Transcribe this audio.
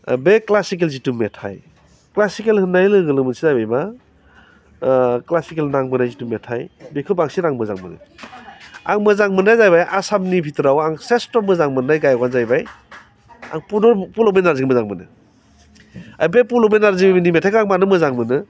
बे क्लासिकेल जिथु मेथाय क्लासिकेल होननाय लोगो लोगोनो क्लासिकेल नांबोनाय जिथु मेथाइ बेखौ बांसिन आं मोजां मोनो आं मोजां मोन्नायआनो जाहैबाय आसामनि बिथोराव आं स्रेस्थ मोजां मोननाय गायखआनो जाहैबाय आं फुन फुन बेनारजिखौ मोजां मोनो फुन बेनारजिनि मेथाइखौ आं मानो मोजां मोनो